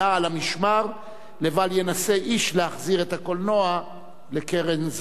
המשמר לבל ינסה איש להחזיר את הקולנוע לקרן זווית.